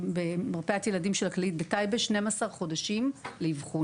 במרפאת ילדים של הכללית בטייבה ההמתנה היא 12 חודשים לאבחון.